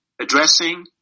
addressing